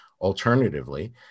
Alternatively